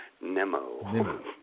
Nemo